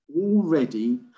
already